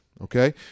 Okay